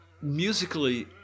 Musically